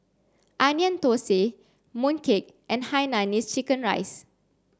Onion Thosai Mooncake and Hainanese chicken rice